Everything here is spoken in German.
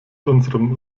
unserem